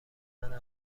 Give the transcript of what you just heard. منم